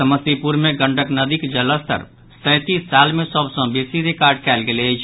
समस्तीपुर मे गंडक नदीक जलस्तर सैंतीस साल मे सभ सँ बेसी रिकॉर्ड कयल गेल अछि